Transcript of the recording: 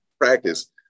Practice